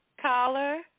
Caller